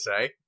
say